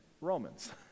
Romans